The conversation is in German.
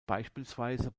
beispielsweise